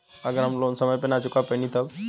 अगर हम लोन समय से ना चुका पैनी तब?